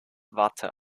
watte